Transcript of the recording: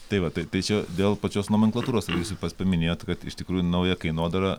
tai va tai tai čia dėl pačios nomenklatūros pats paminėjot kad iš tikrųjų naują kainodarą